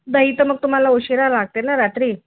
दही तर मग तुम्हाला उशिरा लागते ना रात्री